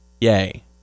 Yay